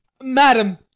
madam